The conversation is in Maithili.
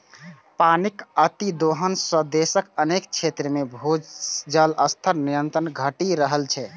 पानिक अतिदोहन सं देशक अनेक क्षेत्र मे भूजल स्तर निरंतर घटि रहल छै